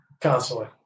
Constantly